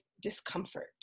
discomfort